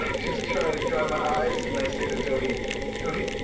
just try to dry my eyes, and i say to doty doty,